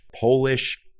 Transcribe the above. Polish